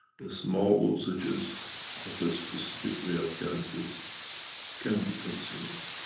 the small dosages of a specific way of ganses can be consumed.